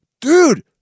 dude